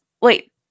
Wait